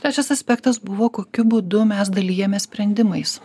trečias aspektas buvo kokiu būdu mes dalijamės sprendimais